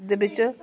दे बिच्च